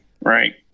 right